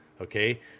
okay